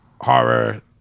horror